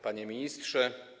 Panie Ministrze!